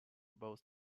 both